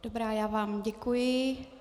Dobrá, já vám děkuji.